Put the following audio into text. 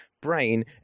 brain